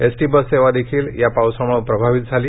ST bus सेवा देखील मुसळधार पावसामुळे प्रभावित झाली